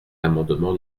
l’amendement